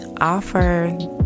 Offer